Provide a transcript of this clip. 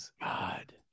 God